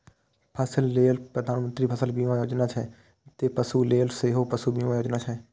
फसिल लेल प्रधानमंत्री फसल बीमा योजना छै, ते पशु लेल सेहो पशु बीमा योजना छै